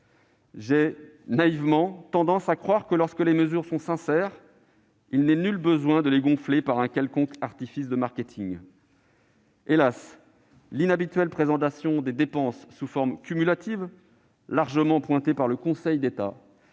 J'ai naïvement tendance à croire que, lorsque les mesures sont sincères, il n'est nul besoin de les gonfler par un quelconque artifice de marketing. Hélas ! l'inhabituelle présentation des dépenses sous forme cumulative, largement pointée par le Conseil d'État,